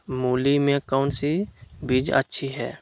मूली में कौन सी बीज अच्छी है?